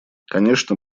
конечно